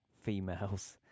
females